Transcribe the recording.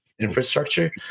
infrastructure